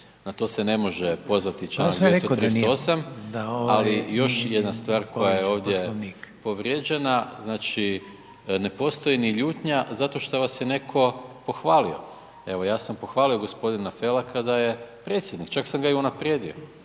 rekao da nije, da ovaj./… Ali još jedna stvar koja je ovdje povrijeđena, znači ne postoji ni ljutnja, zato što vas je netko pohvalio, evo ja sam pohvalio g. Felaka, da je predsjednik, čak sam ga unaprijedio